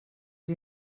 ydy